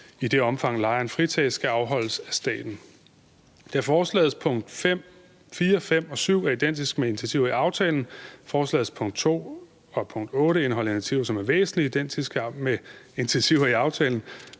i det omfang, lejeren fritages, skal afholdes af staten. Da forslagets punkt 4, 5 og 7 er identiske med initiativer i aftalen, forslagets punkt 2 og 8 indeholder initiativer, som er væsentlig identiske med initiativer i aftalen,